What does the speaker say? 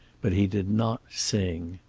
but he did not sing.